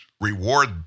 reward